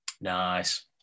Nice